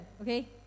okay